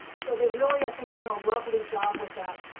so they really i think done a lovely job with that.